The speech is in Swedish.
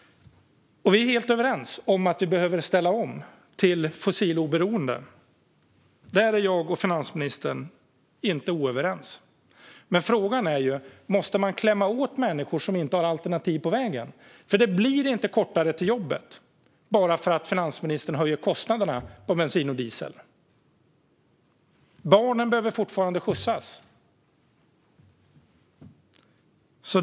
Vi är helt överens om att vi behöver ställa om till fossiloberoende. Där är jag och finansministern inte oöverens. Men frågan är: Måste man klämma åt människor som inte har alternativ på vägen? Det blir inte kortare till jobbet bara för att finansministern höjer kostnaderna för bensin och diesel. Barnen behöver fortfarande skjutsas.